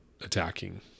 attacking